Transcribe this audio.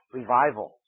revival